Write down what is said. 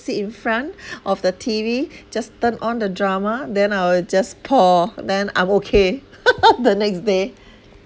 sit in front of the T_V just turn on the drama then I will just pour then I'm okay the next day